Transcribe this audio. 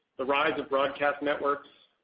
the rise of broadcast networks,